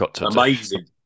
amazing